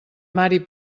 mari